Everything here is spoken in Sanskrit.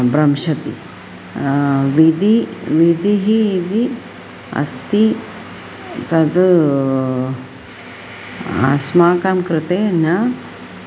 दंशति विधिः विदिधिः इति अस्ति तद् अस्माकं कृते न